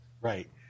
Right